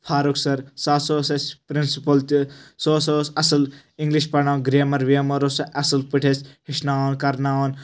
Farooq sir سُہ ہَسا اوس اسہِ پرنسپل تہِ سُہ ہَسا اوس اصل اِنگلش پرناوان گریمر ویمر اوس سُہ اصل پٲٹھۍ اسہِ ہیٚچھناوان کرناوان